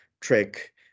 trick